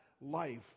life